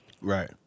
Right